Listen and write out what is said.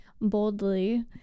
boldly